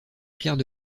pierres